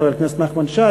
חבר הכנסת נחמן שי,